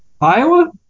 Iowa